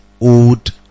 old